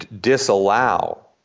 disallow